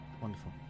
Wonderful